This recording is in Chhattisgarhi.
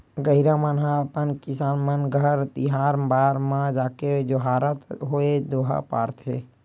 गहिरा मन ह अपन किसान मन घर तिहार बार म जाके जोहारत होय दोहा पारथे